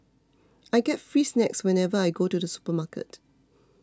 I get free snacks whenever I go to the supermarket